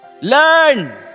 Learn